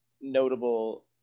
Notable